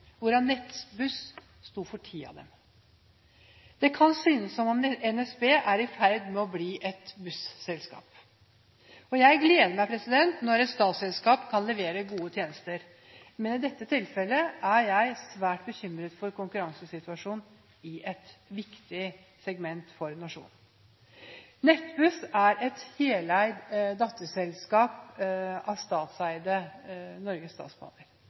hvorav Nettbuss sto for ti av dem. Det kan synes som om NSB er i ferd med å bli et busselskap. Jeg gleder meg når et statsselskap kan levere gode tjenester, men i dette tilfellet er jeg svært bekymret for konkurransesituasjonen i et viktig segment for nasjonen. Nettbuss er et heleid datterselskap av statseide Norges